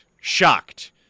shocked